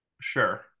Sure